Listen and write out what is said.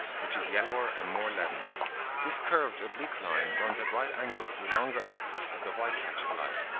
which is yellower and more leaden this curved oblique line runs at right angles to the longer axis of the white patch of light,